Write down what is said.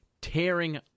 tearing